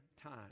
time